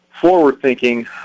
forward-thinking